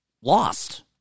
lost